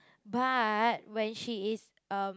but when she is um